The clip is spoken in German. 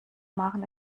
machen